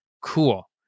cool